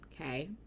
Okay